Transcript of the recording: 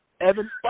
Evan